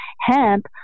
Hemp